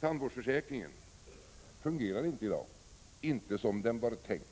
Tandvårdsförsäkringen fungerar inte i dag, i varje fall inte som den var tänkt.